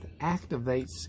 activates